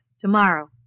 tomorrow